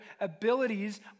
abilities